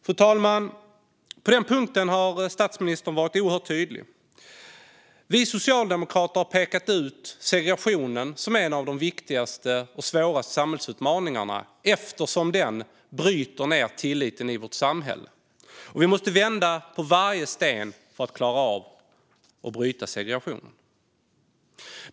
Fru talman! Vi socialdemokrater har pekat ut segregationen som en av de viktigaste och svåraste samhällsutmaningarna, eftersom den bryter ned tilliten i vårt samhälle. På den punkten har statsministern varit oerhört tydlig. Vi måste vända på varje sten för att klara av att bryta segregationen.